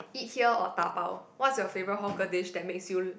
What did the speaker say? eat here or dabao what's your favourite hawker dish that makes you